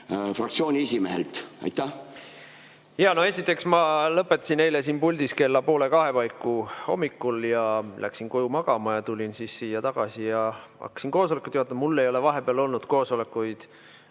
fraktsiooni esimehelt? Jaa. No esiteks, ma lõpetasin eile siin puldis kella poole kahe paiku hommikul ja läksin koju magama ja tulin siis siia tagasi ja hakkasin koosolekut juhatama. Mul ei ole vahepeal olnud koosolekuid